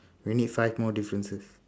we need five more differences